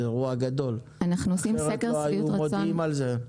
זה אירוע גדול כי אחרת לא היו מודיעים על זה.